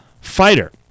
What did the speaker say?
fighter